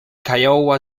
kiowa